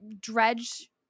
Dredge